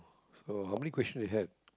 so how many question you had